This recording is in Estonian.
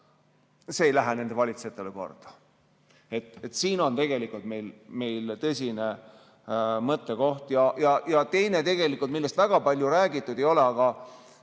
see ei lähe nende valitsejatele korda. Siin on tegelikult meil tõsine mõttekoht. Teine teema, millest väga palju räägitud ei ole, aga